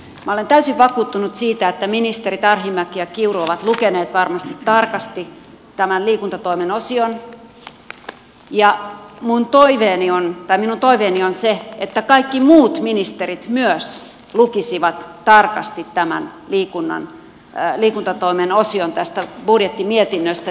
minä olen täysin vakuuttunut siitä että ministerit arhinmäki ja kiuru ovat lukeneet varmasti tarkasti tämän liikuntatoimen osion ja minun toiveeni on se että kaikki muut ministerit myös lukisivat tarkasti tämän liikuntatoimen osion tästä budjettimietinnöstä